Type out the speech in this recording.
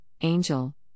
Angel